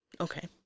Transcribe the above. okay